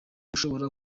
ashobora